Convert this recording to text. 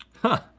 huh,